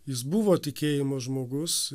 jis buvo tikėjimo žmogus